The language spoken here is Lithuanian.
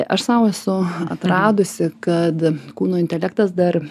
aš sau esu atradusi kad kūno intelektas dar